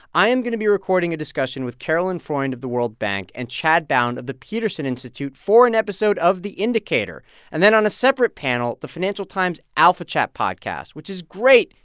i am going to be recording a discussion with caroline freund of the world bank and chad bown of the peterson institute for an episode of the indicator and then on a separate panel, the financial financial times alphachat podcast which is great,